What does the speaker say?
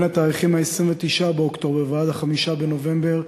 בין התאריכים 29 באוקטובר ו-5 בנובמבר,